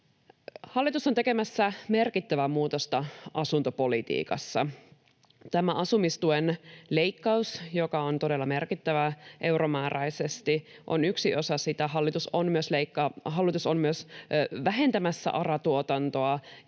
Hallitus on tekemässä merkittävää muutosta asuntopolitiikassa. Tämä asumistuen leikkaus, joka on todella merkittävä euromääräisesti, on yksi osa sitä. Hallitus on myös vähentämässä ARA-tuotantoa,